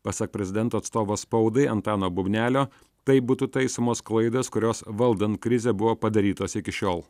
pasak prezidento atstovo spaudai antano bubnelio taip būtų taisomos klaidos kurios valdant krizę buvo padarytos iki šiol